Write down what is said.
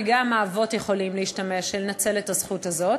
וגם האבות יכולים להשתמש ולנצל את הזכות הזאת,